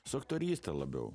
su aktoryste labiau